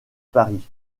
paris